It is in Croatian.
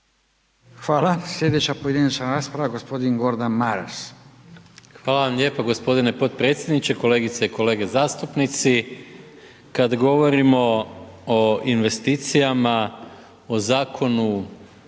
Hvala. sljedeća pojedinačna rasprava gospodin Gordan Maras. **Maras, Gordan (SDP)** Hvala vam lijepo gospodine potpredsjedniče, kolegice i kolege zastupnici. Kada govorimo o investicijama, o Zakonu